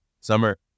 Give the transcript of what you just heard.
Summer